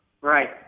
Right